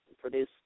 produce